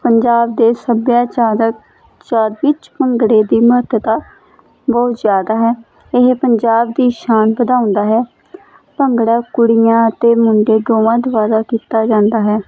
ਪੰਜਾਬ ਦੇ ਸੱਭਿਆਚਾਰਕ ਵਿੱਚ ਭੰਗੜੇ ਦੀ ਮਹੱਤਤਾ ਬਹੁਤ ਜ਼ਿਆਦਾ ਹੈ ਇਹ ਪੰਜਾਬ ਦੀ ਸ਼ਾਨ ਵਧਾਉਂਦਾ ਹੈ ਭੰਗੜਾ ਕੁੜੀਆਂ ਅਤੇ ਮੁੰਡੇ ਦੋਵਾਂ ਦੁਆਰਾ ਕੀਤਾ ਜਾਂਦਾ ਹੈ